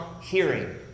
hearing